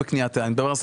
אני מדבר על עסקים קטנים.